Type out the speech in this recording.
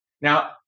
Now